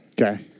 Okay